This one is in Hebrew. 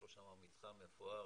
יש לו שם מתחם מפואר,